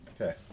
Okay